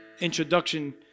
Introduction